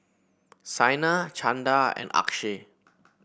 Saina Chanda and Akshay